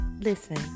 Listen